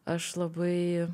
aš labai